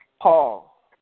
Paul